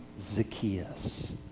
Zacchaeus